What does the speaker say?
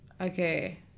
Okay